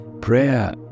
Prayer